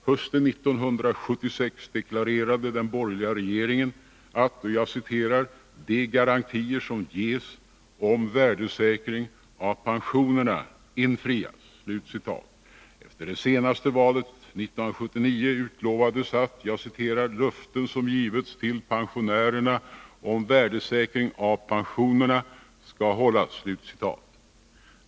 Hösten 1976 deklarerade den borgerliga regeringen att ”de garantier som ges om värdesäkring av pensionerna infrias”. Efter det senaste valet 1979 utlovades att ”löften som givits till pensionärerna om värdesäkring av pensionerna ——— skall hållas”.